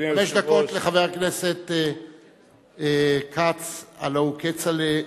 חמש דקות לחבר הכנסת כץ, הלוא הוא כצל'ה.